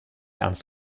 ernst